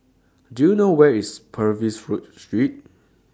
Do YOU know Where IS Purvis Road Street